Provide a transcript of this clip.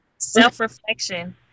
self-reflection